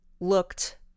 looked